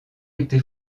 été